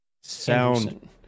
sound